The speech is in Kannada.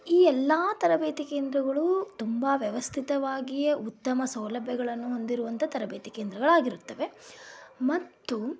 ಈ ಎಲ್ಲ ತರಬೇತಿ ಕೇಂದ್ರಗಳೂ ತುಂಬ ವ್ಯವಸ್ಥಿತವಾಗಿಯೇ ಉತ್ತಮ ಸೌಲಭ್ಯಗಳನ್ನು ಹೊಂದಿರುವಂಥ ತರಬೇತಿ ಕೇಂದ್ರಗಳಾಗಿರುತ್ತವೆ ಮತ್ತು